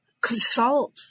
consult